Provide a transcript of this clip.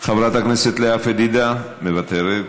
חברת הכנסת לאה פדידה, מוותרת,